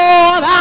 Lord